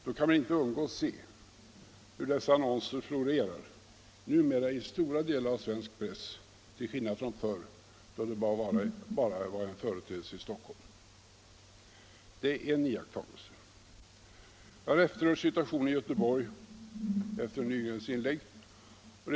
Man kan inte undgå att se hur dessa annonser numera florerar i stora delar av svensk press, till skillnad från förr, då de bara var en företeelse i Stockholm. — Det är en iakttagelse. Jag har efter herr Nygrens inlägg närmare tagit reda på hur situationen är i Göteborg.